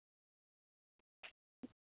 yes sir hello